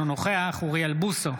אינו נוכח אוריאל בוסו,